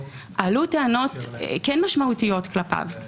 עלו טענות משמעותיות כלפיו.